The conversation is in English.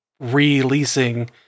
releasing